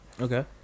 Okay